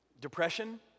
depression